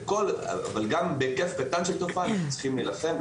גם בהיקף קטן של תופעה אנחנו צריכים להילחם,